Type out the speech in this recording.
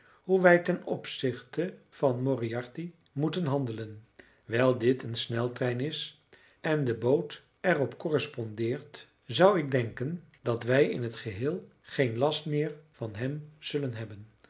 hoe wij ten opzichte van moriarty moeten handelen wijl dit een sneltrein is en de boot er op correspondeert zou ik denken dat wij in t geheel geen last meer van hem zullen hebben